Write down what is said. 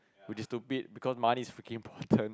which is stupid because money is freaking important